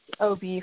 OB